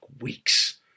weeks